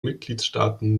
mitgliedstaaten